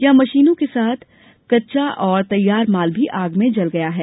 यहां मशीनों के साथ कच्चा और तैयार माल भी आग में जल गया है